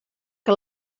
que